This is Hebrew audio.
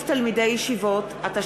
כן,